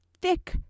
thick